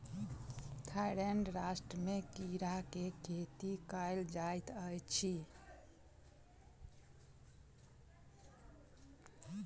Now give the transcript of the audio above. Thailand राष्ट्र में कीड़ा के खेती कयल जाइत अछि